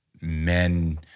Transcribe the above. men